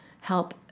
help